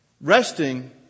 resting